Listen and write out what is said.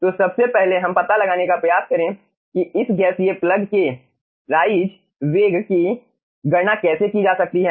तो सबसे पहले हम पता लगाने का प्रयास करे कि इस गैसीय प्लग के राइज वेग की गणना कैसे की जा सकती है